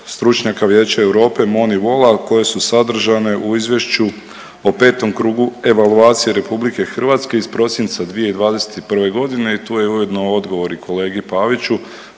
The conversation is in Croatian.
stručnjaka Vijeća Europe…/Govornik se ne razumije/…koje su sadržane u izvješću o petom krugu evaluacije RH iz prosinca 2021.g. i tu je ujedno odgovor i kolegi Paviću